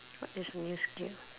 what is new skill